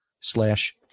slash